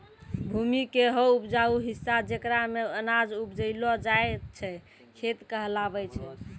भूमि के हौ उपजाऊ हिस्सा जेकरा मॅ अनाज उपजैलो जाय छै खेत कहलावै छै